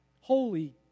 holy